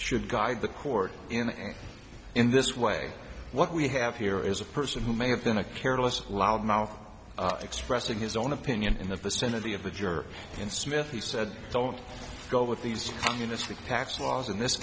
should guide the court in in this way what we have here is a person who may have been a careless loud mouth expressing his own opinion in the vicinity of a juror in smith he said don't go with these communistic tax laws in this